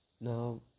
Now